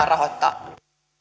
rahoittaa